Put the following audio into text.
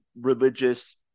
religious